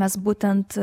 mes būtent